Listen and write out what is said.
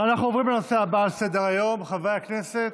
אנחנו עוברים לנושא הבא על סדר-היום, חברי הכנסת,